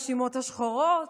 שותקים מול הרשימות השחורות.